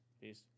Peace